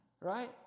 Right